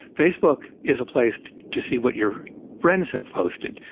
facebook is a place to see what your friends have posted.